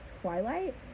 Twilight